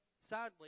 sadly